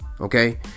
Okay